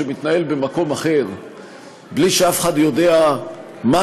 שמתנהל במקום אחר בלי שאף אחד יודע משהו,